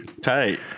tight